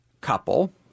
couple